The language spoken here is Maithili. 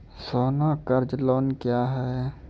सोना कर्ज लोन क्या हैं?